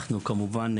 כמובן,